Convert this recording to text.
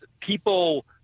people